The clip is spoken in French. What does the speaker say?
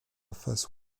face